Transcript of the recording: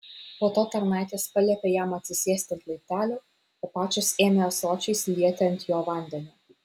po to tarnaitės paliepė jam atsisėsti ant laiptelių o pačios ėmė ąsočiais lieti ant jo vandeni